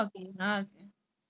oh oh oh oh